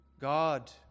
God